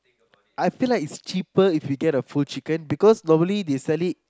I feel like it's cheaper if we get a full chicken because normally they sell it